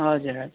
हजुर हजुर